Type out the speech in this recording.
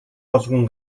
болгон